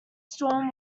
storm